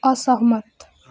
असहमत